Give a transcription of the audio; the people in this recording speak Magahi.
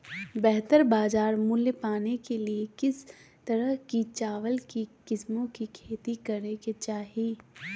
बेहतर बाजार मूल्य पाने के लिए किस तरह की चावल की किस्मों की खेती करे के चाहि?